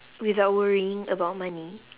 without worrying about money